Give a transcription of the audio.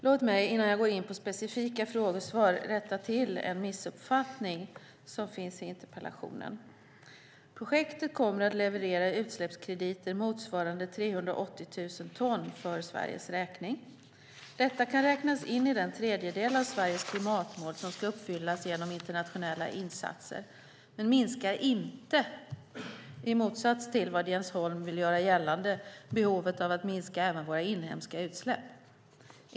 Låt mig innan jag går in på specifika frågesvar rätta till en missuppfattning som finns i interpellationen. Projektet kommer att leverera utsläppskrediter motsvarande 380 000 ton för Sveriges räkning. Detta kan räknas in i den tredjedel av Sveriges klimatmål som ska uppfyllas genom internationella insatser men minskar inte, i motsats till vad Jens Holm vill göra gällande, behovet av att minska även våra inhemska utsläpp.